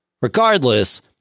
Regardless